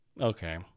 Okay